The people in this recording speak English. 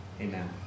Amen